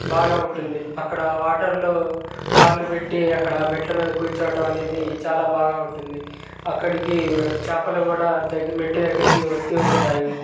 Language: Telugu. బాగా ఉంటుంది అక్కడ వాటర్లో కాళ్ళు పెట్టి అక్కడ మెట్ల మీద కూర్చోవడం అనేది చాలా బాగా ఉంటుంది అక్కడికి చేపలు కూడా మెట్లు దగ్గరికి వస్తూ ఉంటాయి